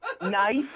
nice